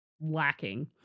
lacking